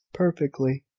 perfectly.